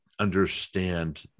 understand